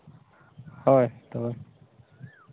ᱦᱳᱭ ᱛᱚᱵᱮ